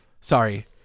Sorry